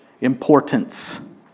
importance